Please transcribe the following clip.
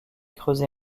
creusé